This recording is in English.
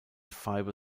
fiber